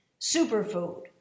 superfood